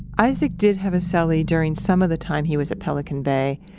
isaac did have a cellie during some of the time he was at pelican bay,